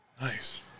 Nice